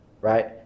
right